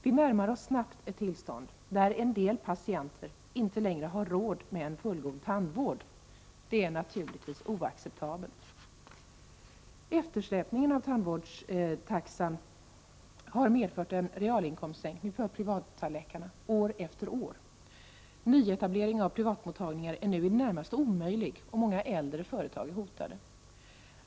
Vi närmar oss snabbt ett tillstånd där en del patienter inte längre har råd med en fullgod tandvård. Detta är naturligtvis oacceptabelt. Tandvårdstaxans eftersläpning har medfört en realinkomstsänkning för privattandläkarna år efter år. Nyetablering av privatmottagningar är nu i det närmaste omöjlig, och många äldre företag hotade.